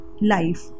life